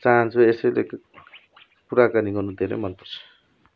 चाहन्छु यसैले कुराकानी गर्नु धेरै मन पर्छ